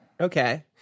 Okay